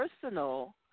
personal